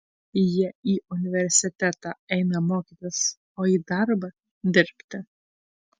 jie į universitetą eina mokytis o į darbą dirbti